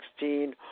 2016